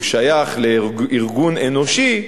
והוא שייך לארגון אנושי,